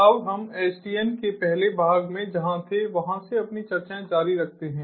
अब हम एसडीएन के पहले भाग में जंहा थे वंहा से अपनी चर्चाएँ जारी रखते हैं